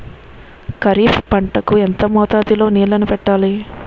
ఖరిఫ్ పంట కు ఎంత మోతాదులో నీళ్ళని పెట్టాలి?